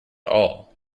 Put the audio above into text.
all